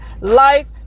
life